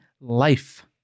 life